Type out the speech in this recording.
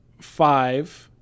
five